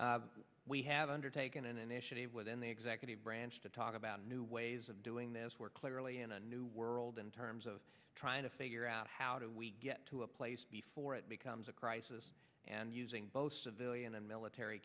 on we have undertaken an initiative within the executive branch to talk about new ways of doing this work clearly in a new world in terms of trying to figure out how do we get to a place before it becomes a crisis and using both civilian and military